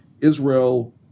Israel